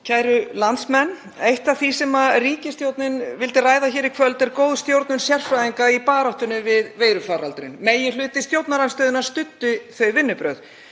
Kæru landsmenn Eitt af því sem ríkisstjórnin vildi ræða hér í kvöld er góð stjórnun sérfræðinga í baráttunni við veirufaraldurinn. Meginhluti stjórnarandstöðunnar studdi þau vinnubrögð.